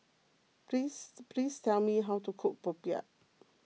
please please tell me how to cook Popiah